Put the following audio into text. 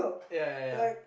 ya ya ya